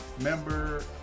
member